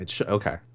okay